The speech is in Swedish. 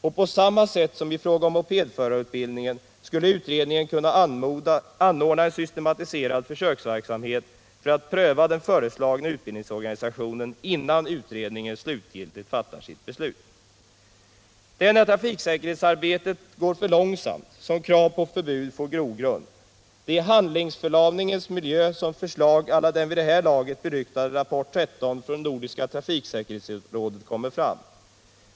Och på samma sätt som i fråga om mopedförarutbildningen skulle utredningen kunna anordna en systematiserad försöksverksamhet för att pröva den föreslagna utbildningsorganisationen innan utredningen slutgiltigt fattar sina beslut. Det är när trafiksäkerhetsarbetet går för långsamt som krav på förbud får grogrund. Det är i handlingsförlamningens miljö som förslag å la den vid det här laget beryktade rapport 13 från Nordiska trafiksäkerhetsrådet kommer fram.